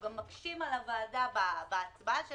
גם מקשים על הוועדה בהצבעה שלה,